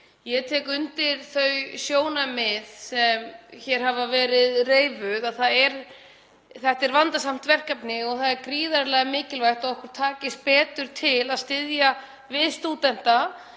Ég tek undir þau sjónarmið, sem hér hafa verið reifuð, að þetta er vandasamt verkefni og gríðarlega mikilvægt að okkur takist betur til að styðja við stúdenta